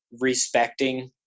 respecting